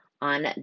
on